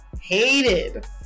hated